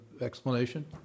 explanation